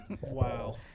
Wow